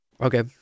Okay